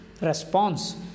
response